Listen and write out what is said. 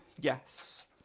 Yes